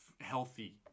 healthy